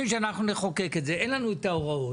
שאנחנו נחוקק את זה כשאין לנו את ההוראות.